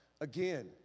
Again